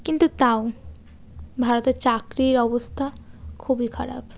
কিন্তু তাও ভারতের চাকরির অবস্থা খুবই খারাপ